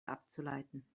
abzuleiten